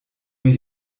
mir